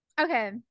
okay